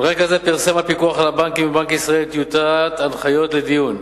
על רקע זה פרסם הפיקוח על הבנקים בבנק ישראל טיוטת הנחיות לדיון.